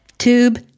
Tube